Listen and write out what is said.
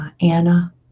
Anna